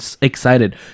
excited